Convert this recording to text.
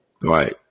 right